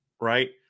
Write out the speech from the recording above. Right